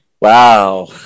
Wow